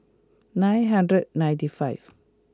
nine hundred ninety five